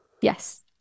Yes